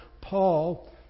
Paul